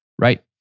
right